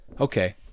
Okay